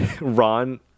Ron